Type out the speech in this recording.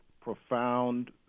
profound